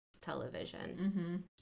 television